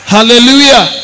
Hallelujah